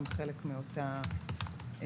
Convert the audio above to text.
זה גם חלק מאותה הוראה.